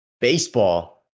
Baseball